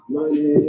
Money